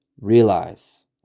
realize